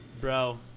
Bro